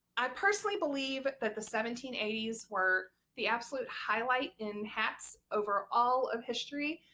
i personally believe that the seventeen eighty s were the absolute highlight in hats over all of history!